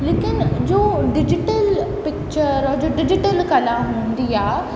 लेकिन जो digital picture ऐं जो डिजिटल कला हूंदी आहे